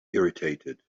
irritated